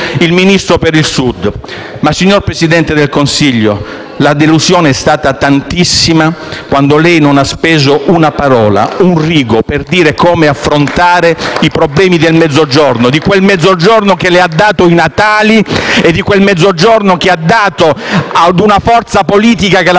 il Ministero per il Sud. Signor Presidente del Consiglio, la delusione però è stata grandissima quando lei non ha speso una parola per dire come affrontare i problemi del Mezzogiorno, di quel Mezzogiorno che le ha dato i natali, di quel Mezzogiorno che ha dato a una forza politica che la